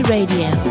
Radio